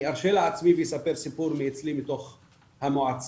אני ארשה לעצמי ואספר סיפור מאצלי, מתוך המועצה.